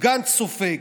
גנץ סופג.